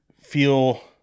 feel